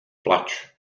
plač